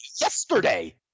yesterday